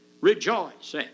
rejoice